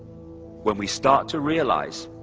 when we start to realize,